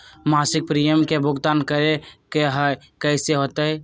मासिक प्रीमियम के भुगतान करे के हई कैसे होतई?